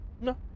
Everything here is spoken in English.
No